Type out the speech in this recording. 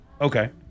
okay